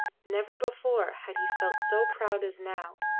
never before had he felt so proud as now,